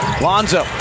lonzo